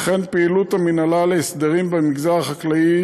וכן פעילות המינהלה להסדרים במגזר החקלאי